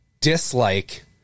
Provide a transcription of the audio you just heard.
dislike